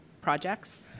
projects